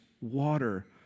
water